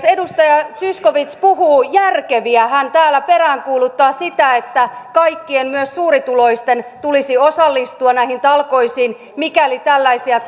edustaja zyskowicz puhuu järkeviä hän täällä peräänkuuluttaa sitä että kaikkien myös suurituloisten tulisi osallistua näihin talkoisiin mikäli tällaisia